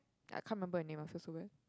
I can't remember her name I feel so bad